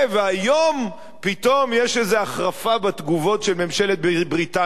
והיום פתאום יש איזו החרפה בתגובות של ממשלת בריטניה.